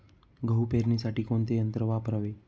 गहू पेरणीसाठी कोणते यंत्र वापरावे?